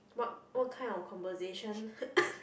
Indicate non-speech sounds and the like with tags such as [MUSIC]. what what kind of conversation [COUGHS]